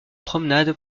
promenade